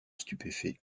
stupéfait